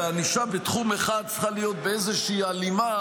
וענישה בתחום אחד צריכה להיות באיזושהי הלימה